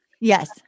Yes